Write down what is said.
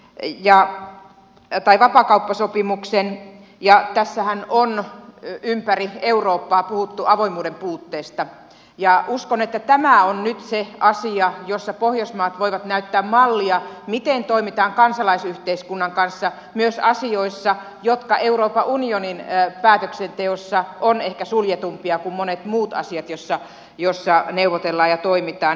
ja sen aikana kauppasopimuksen ja tässähän on ympäri eurooppaa puhuttu avoimuuden puutteesta ja uskon että tämä on nyt se asia jossa pohjoismaat voivat näyttää mallia miten toimitaan kansalaisyhteiskunnan kanssa myös asioissa jotka euroopan unionin päätöksenteossa ovat ehkä suljetumpia kuin monet muut asiat joissa neuvotellaan ja toimitaan